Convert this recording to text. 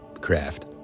craft